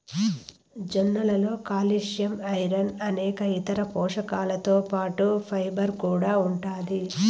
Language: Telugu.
జొన్నలలో కాల్షియం, ఐరన్ అనేక ఇతర పోషకాలతో పాటు ఫైబర్ కూడా ఉంటాది